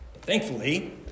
Thankfully